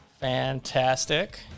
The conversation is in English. fantastic